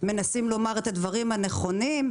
מנסים לומר את הדברים הנכונים,